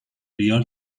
ریال